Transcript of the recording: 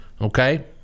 Okay